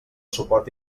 suport